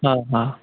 हा हा